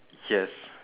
yes